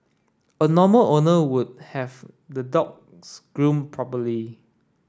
a normal owner would have the dogs groomed properly